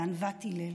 וענוות הלל".